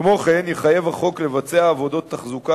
כמו כן יחייב החוק לבצע עבודות תחזוקה